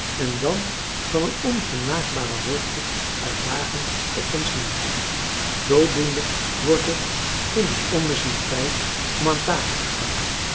en dan van een ongenaakbare hoogte uitdagend op ons neerkijkt zoodoende wordt het in een ommezien tijd om aan tafel te gaan